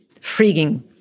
freaking